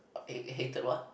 eh hated what